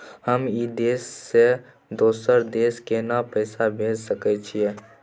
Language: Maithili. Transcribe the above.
हम ई देश से दोसर देश केना पैसा भेज सके छिए?